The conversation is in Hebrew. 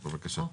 בבקשה.